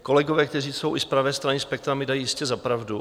Kolegové, kteří jsou i z pravé strany spektra, mi dají jistě za pravdu.